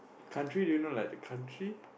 country do you know like the country